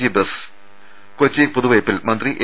G bus Kochi പുതുവൈപ്പിൽ മന്ത്രി A